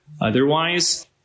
otherwise